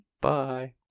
Bye